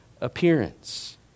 appearance